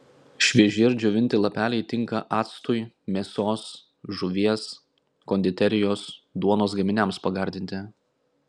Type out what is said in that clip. švieži ar džiovinti lapeliai tinka actui mėsos žuvies konditerijos duonos gaminiams pagardinti